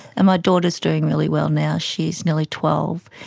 and my daughter is doing really well now, she's nearly twelve.